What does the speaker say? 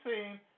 seen